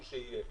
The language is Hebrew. הוא שיהיה.